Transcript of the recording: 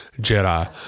Jedi